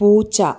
പൂച്ച